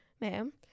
ma'am